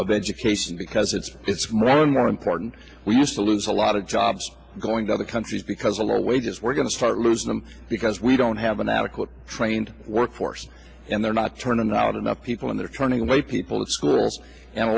of education because it's it's more and more important we have to lose a lot of jobs going to other countries because of their wages we're going to start losing them because we don't have an adequate trained workforce and they're not turning out enough people and they're turning away people to schools and